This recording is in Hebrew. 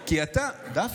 דווקא.